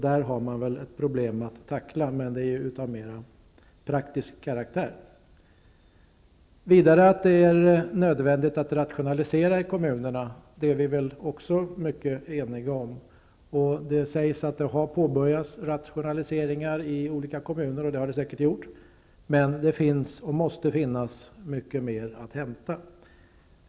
Där har man ett problem att tackla, men det är av mer praktisk karaktär. Det är vidare nödvändigt att rationalisera i kommunerna. Det är vi också mycket eniga om. Det sägs att man har påbörjat rationaliseringar i olika kommuner, och det har man säkert gjort. Men det finns, och måste finnas, mycket mer att hämta.